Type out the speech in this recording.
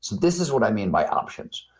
so this is what i mean by options.